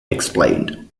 explained